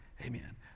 Amen